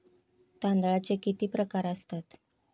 तांदळाचे किती प्रकार असतात?